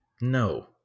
No